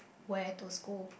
wear to school